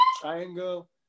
triangle